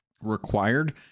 required